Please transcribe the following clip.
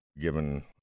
given